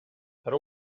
però